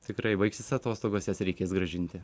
tikrai baigsis atostogos jas reikės grąžinti